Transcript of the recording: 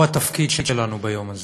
מהו התפקיד שלנו ביום הזה.